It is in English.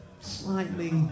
Slightly